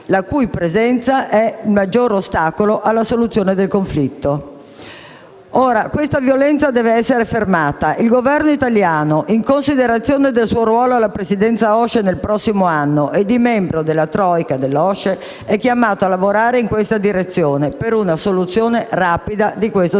la cui presenza è il maggiore ostacolo alla soluzione del conflitto. Questa violenza deve essere fermata. Il Governo italiano, in considerazione del suo ruolo alla presidenza OSCE nel prossimo anno, e di membro della *troika* dell'OSCE, è chiamato a lavorare in questa direzione, per una soluzione rapida di questo terribile